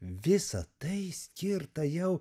visa tai skirta jau